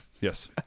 Yes